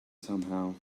somehow